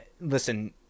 Listen